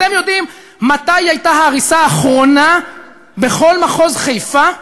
אתם יודעים מתי הייתה ההריסה האחרונה בכל מחוז חיפה?